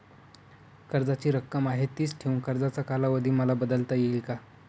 कर्जाची रक्कम आहे तिच ठेवून कर्जाचा कालावधी मला बदलता येईल का?